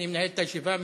ואני מנהל את הישיבה.